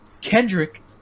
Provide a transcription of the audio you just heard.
Kendrick